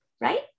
right